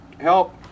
help